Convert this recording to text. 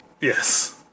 Yes